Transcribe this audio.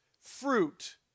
fruit